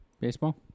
Baseball